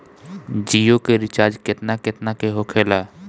जियो के रिचार्ज केतना केतना के होखे ला?